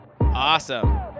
Awesome